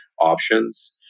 options